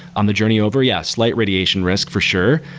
on the journey over, yes, light radiation risk for sure,